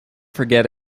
forget